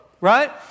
Right